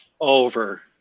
Over